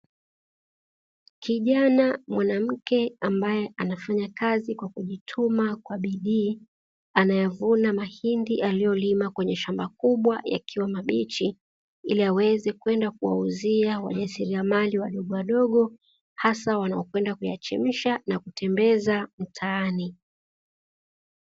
Kijana mwanamke ambaye anafanya kazi kwa kujituma kwa bidii, anayavuna mahindi aliyolima kwenye shamba kubwa yakiwa mabichi. Ili aweze kwenda kuwauzia wajasiriamali wadogo wadogo, hasa wanaokwenda kuyachemsha, na kutembeza mtaani.